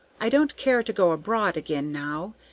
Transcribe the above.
i don't care to go abroad again now,